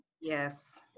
Yes